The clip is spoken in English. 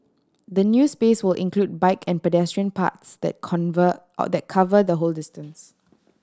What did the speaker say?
the new space will include bike and pedestrian paths that that cover the whole distance